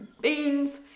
beans